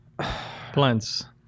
Plants